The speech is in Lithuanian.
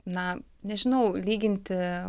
na nežinau lyginti